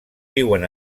viuen